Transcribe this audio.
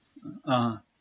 ah